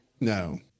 No